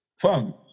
fam